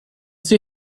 see